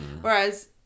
Whereas